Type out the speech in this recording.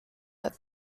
that